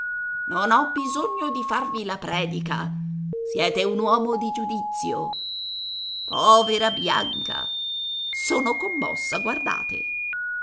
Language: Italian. non ho bisogno di farvi la predica siete un uomo di giudizio povera bianca sono commossa guardate